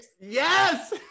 Yes